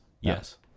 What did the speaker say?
Yes